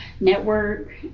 network